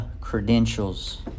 credentials